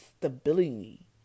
stability